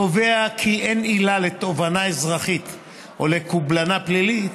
קובע כי אין עילה לתובענה אזרחית או לקובלנה פלילית